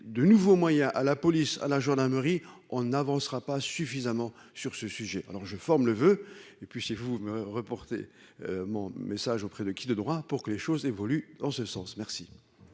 de nouveaux moyens à la police à la gendarmerie, on n'avancera pas suffisamment sur ce sujet, alors je forme le voeu, et puis si vous me reporté mon message auprès de qui de droit pour que les choses évoluent en ce sens, merci.